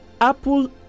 Apple